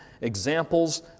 examples